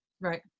Right